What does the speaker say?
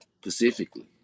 specifically